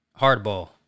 Hardball